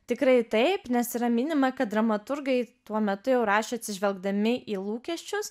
tikrai taip nes yra minima kad dramaturgai tuo metu jau rašė atsižvelgdami į lūkesčius